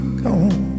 gone